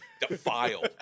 defile